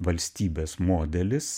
valstybės modelis